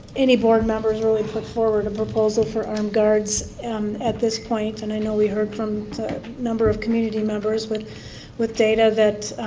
any board members really put forward a proposal for um guards and at this point, and i know we heard from a number of community members with with data that,